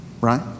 right